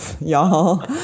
y'all